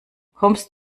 kommst